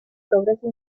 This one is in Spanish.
progreso